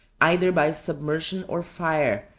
either by submersion or fire,